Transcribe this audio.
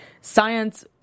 science